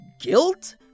guilt